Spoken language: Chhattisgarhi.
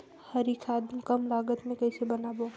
हरी खाद कम लागत मे कइसे बनाबो?